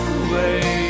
away